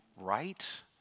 right